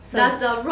so